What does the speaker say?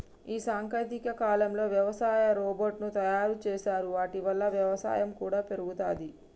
ఈ సాంకేతిక కాలంలో వ్యవసాయ రోబోట్ ను తయారు చేశారు వాటి వల్ల వ్యవసాయం కూడా పెరుగుతది